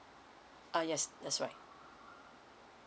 uh yes that's right